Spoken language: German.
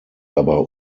aber